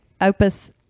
Opus